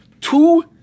two